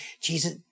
Jesus